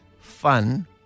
fun